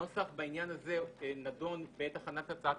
הנוסח בעניין הזה נדון בעת הכנת הצעת